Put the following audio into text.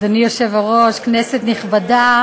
התשע"ו 2016, של חברת הכנסת ענת ברקו.